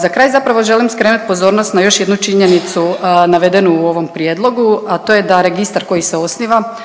Za kraj zapravo želim skrenuti pozornost na još jednu činjenicu navedenu u ovom prijedlogu, a to je da registar koji se osniva